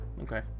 okay